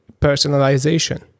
personalization